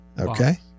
Okay